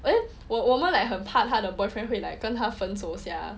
then 我们我们很怕 like 他的 boyfriend 会 like 跟他分手 sia